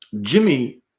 Jimmy